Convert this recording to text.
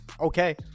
okay